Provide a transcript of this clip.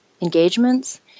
engagements